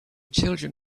children